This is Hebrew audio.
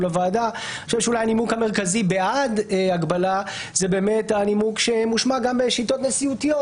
לוועדה זה הנימוק שמושמע גם בשיטות נשיאותיות,